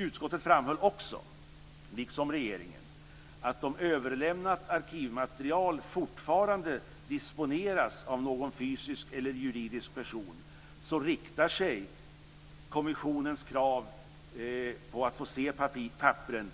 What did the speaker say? Utskottet framhöll också, liksom regeringen, att om överlämnat arkivmaterial fortfarande disponeras av någon fysisk eller juridisk person så riktar sig kommissionens krav på att få se papperen